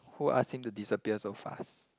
who ask him to disappear so fast